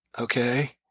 Okay